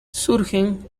surgen